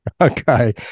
Okay